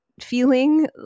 Feeling